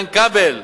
איתן כבל